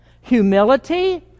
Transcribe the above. humility